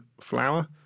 flour